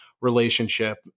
relationship